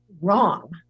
wrong